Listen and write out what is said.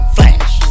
Flash